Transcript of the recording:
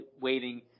waiting